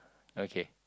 okay